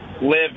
live